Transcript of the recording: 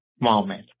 moment